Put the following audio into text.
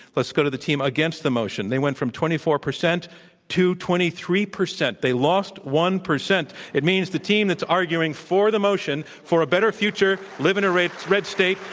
let's go to the team against the motion. they went from twenty four percent to twenty three percent. they lost one percent. it means the team that's arguing for the motion for a better future, live in a red red state,